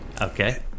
Okay